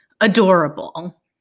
adorable